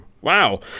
Wow